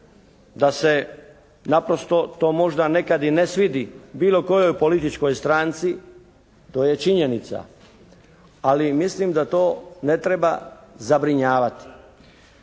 Da se naprosto to možda nekad i ne svidi bilo kojoj političkoj stranci to je činjenica. Ali mislim da to ne treba zabrinjavati.